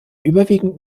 überwiegend